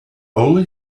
only